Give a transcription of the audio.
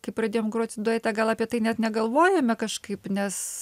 kai pradėjom groti duete gal apie tai net negalvojame kažkaip nes